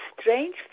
strange